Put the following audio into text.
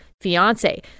fiance